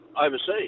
overseas